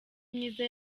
myiza